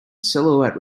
silhouette